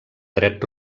dret